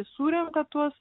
surenka tuos